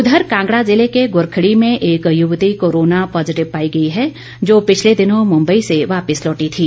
इधर कांगड़ा जिले के गुरखड़ी में एक युवती कोरोना पॉज़िटिव पाई गई है जो पिछले दिनों मुम्बई से वापस लौटी थी